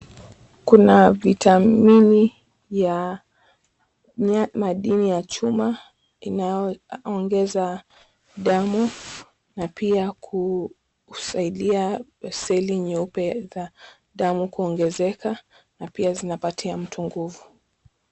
Kuna vitamini vya madini ya chuma inayoongeza damu na pia kusaidia seli nyeupe za damu kuongezeka na pia zinapatia mtu nguvu.